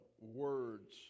words